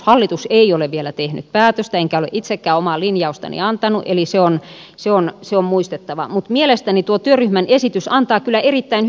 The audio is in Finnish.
hallitus ei ole vielä tehnyt päätöstä enkä ole itsekään omaa linjaustani antanut eli se on muistettava mutta mielestäni tuo työryhmän esitys antaa kyllä erittäin hyvän pohjan